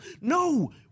No